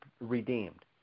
redeemed